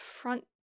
front